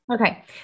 Okay